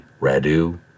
Radu